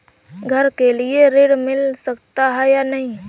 घर के लिए ऋण मिल सकता है या नहीं?